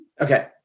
Okay